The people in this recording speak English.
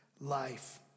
life